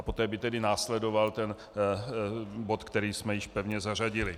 Poté by následoval bod, který jsme již pevně zařadili.